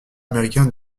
américain